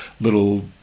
little